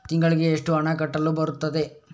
ತಿಂಗಳಿಗೆ ಎಷ್ಟು ಹಣ ಕಟ್ಟಲು ಬರುತ್ತದೆ?